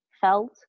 felt